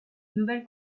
nouvelles